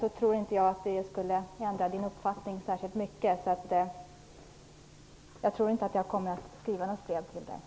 Jag tror inte att ett brev skulle kunna ändra Göte Jonssons uppfattning särskilt mycket. Jag tror inte att jag kommer att skriva något brev till honom.